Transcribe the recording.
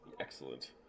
Excellent